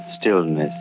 stillness